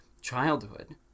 childhood